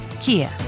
Kia